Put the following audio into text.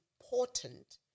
important